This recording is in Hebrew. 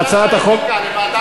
לוועדת האתיקה, לוועדת